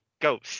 Ghost